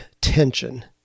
tension